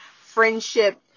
friendship